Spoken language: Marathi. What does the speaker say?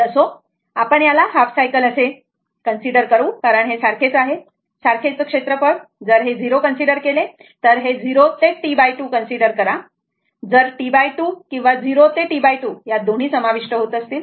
तर असो आपण याला हाफ सायकल कन्सिडर करू कारण हे सारखेच आहे सारखेच क्षेत्रफळ जर हे 0 कन्सिडर केले तर 0 ते T2 कन्सिडर करा बरोबर जरT2 किंवा 0 ते T 2 यात दोन्ही समाविष्ट होतील